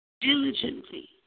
diligently